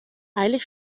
eilig